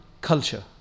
culture